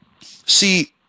see